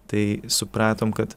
tai supratom kad